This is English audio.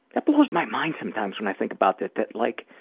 that blows my mind sometimes when i think about that that like